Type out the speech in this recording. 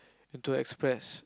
into express